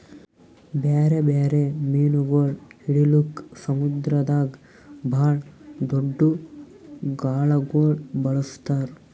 ಬ್ಯಾರೆ ಬ್ಯಾರೆ ಮೀನುಗೊಳ್ ಹಿಡಿಲುಕ್ ಸಮುದ್ರದಾಗ್ ಭಾಳ್ ದೊಡ್ದು ಗಾಳಗೊಳ್ ಬಳಸ್ತಾರ್